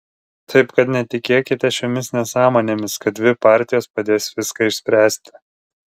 taip kad netikėkite šiomis nesąmonėmis kad dvi partijos padės viską išspręsti